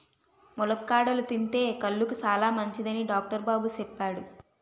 ములక్కాడలు తింతే కళ్ళుకి సాలమంచిదని డాక్టరు బాబు సెప్పాడు